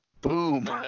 Boom